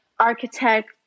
architect